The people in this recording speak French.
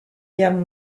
guerre